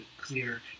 clear